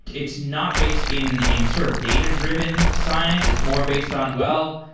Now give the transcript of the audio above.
it's not based in in sort of data-driven science. it's more based on, well,